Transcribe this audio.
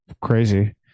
crazy